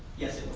yes. it